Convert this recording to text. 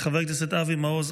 חבר כנסת אבי מעוז,